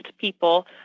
people